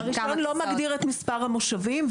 הרישיון לא מגדיר את מספר המושבים,